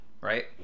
Right